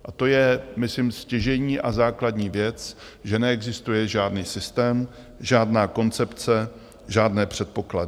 A to je, myslím, stěžejní a základní věc, že neexistuje žádný systém, žádná koncepce, žádné předpoklady.